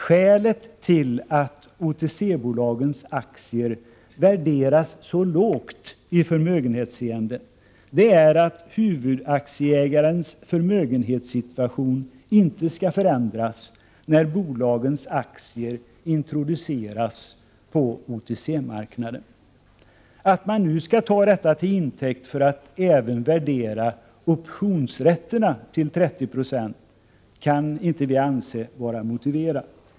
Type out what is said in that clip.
Skälet till att OTC-bolagens aktier värderas så lågt i förmögenhetshänseende är att huvudaktieägarens förmögenhetssituation inte skall förändras när bolagens aktier introduceras på OTC-marknaden. Att ta detta till intäkt för att värdera även optionsrätterna till 30 96 kan vi inte anse vara motiverat.